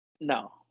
No